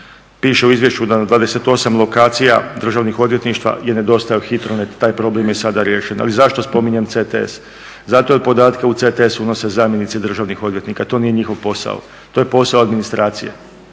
Piše u izvješću da na 28 lokacija državnih odvjetništava je nedostajao HITRONET. Taj problem je sada riješen. Ali zašto spominjem CTS? Zato jer podatke u CTS unose zamjenici državnih odvjetnika. To nije njihov posao. To je posao administracije.